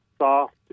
soft